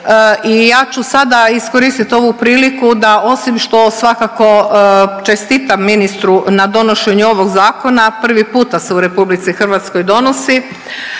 i ja ću sada iskoristit ovu priliku da osim što svakako čestitam ministru na donošenju ovog zakona, prvi puta se u RH donosi,